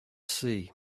see